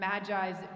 Magi's